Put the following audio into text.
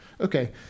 Okay